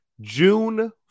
June